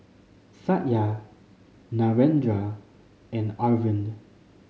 Satya Narendra and Arvind